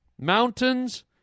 Mountains